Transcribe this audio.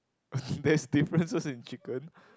there's differences in chicken